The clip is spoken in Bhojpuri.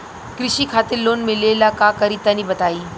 कृषि खातिर लोन मिले ला का करि तनि बताई?